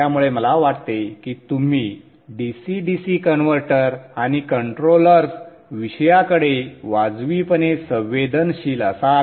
त्यामुळे मला वाटते की तुम्ही DC DC कन्व्हर्टर आणि कंट्रोलर्स विषयाकडे वाजवीपणे संवेदनशील असाल